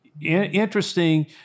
interesting